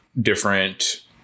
different